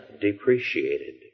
depreciated